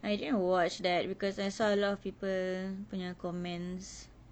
I didn't watch that because I saw a lot of people punya comments